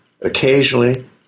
occasionally